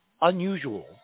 unusual